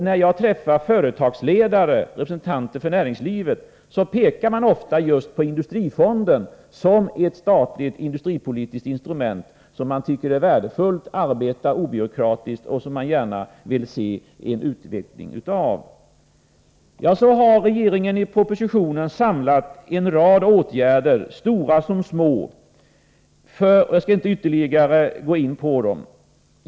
När jag träffar företagsledare och andra representanter för näringlivet, pekar de ofta på just industrifonden som ett statligt industripolitiskt instrument som de tycker är värdefullt och obyråkratiskt och som de gärna vill skall utvecklas. Så har regeringen i propositionen samlat en rad åtgärder, stora som små. Jag skall inte ytterligare gå in på dem.